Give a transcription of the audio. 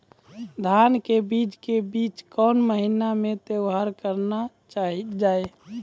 धान के बीज के बीच कौन महीना मैं तैयार करना जाए?